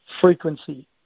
frequency